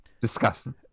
Disgusting